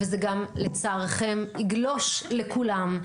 וזה גם לצערכם יגלוש לכולם,